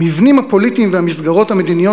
המבנים הפוליטיים והמסגרות המדיניות